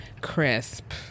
crisp